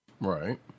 Right